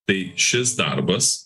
tai šis darbas